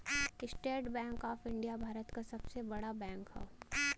estate bank of India Bharat क सबसे बड़ा बैंक हौ